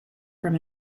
from